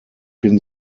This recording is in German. bin